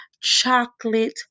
chocolate